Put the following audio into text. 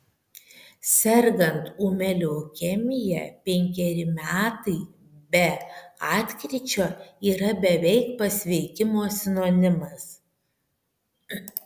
sergant ūmia leukemija penkeri metai be atkryčio yra beveik pasveikimo sinonimas